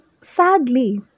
sadly